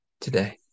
today